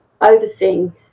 overseeing